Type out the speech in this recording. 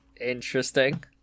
Interesting